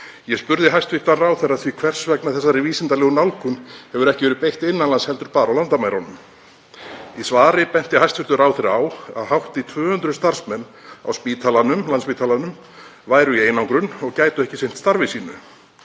Ég spurði hæstv. ráðherra hvers vegna þessari vísindalegu nálgun hefði ekki verið beitt innan lands heldur bara á landamærunum. Í svari benti hæstv. ráðherra á að hátt í 200 starfsmenn á Landspítalanum væru í einangrun og gætu ekki sinnt starfi sínu.